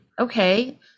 okay